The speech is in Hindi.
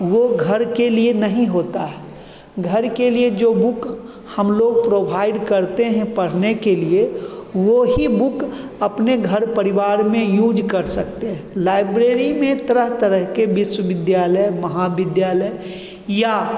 वो घर के लिए नहीं होता है घर के लिए जो बुक हम लोग प्रोभाइड करते हैं पढ़ने के लिए वो ही बुक अपने घर परिवार में यूज कर सकते हैं लाइब्रेरी में तरह तरह के विश्वविद्यालय महाविद्यालय या